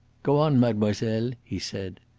go on, mademoiselle, he said.